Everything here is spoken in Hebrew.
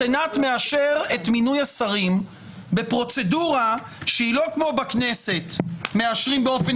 הסנט מאשר את מינוי השרים בפרוצדורה שהיא לא כמו בכנסת שמאשרים באופן